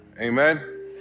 Amen